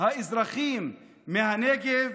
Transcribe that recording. האזרחים מהנגב,